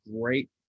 great